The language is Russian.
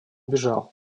бежал